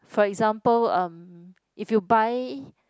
for example um if you buy